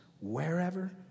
wherever